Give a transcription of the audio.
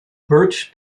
birch